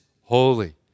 holy